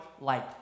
light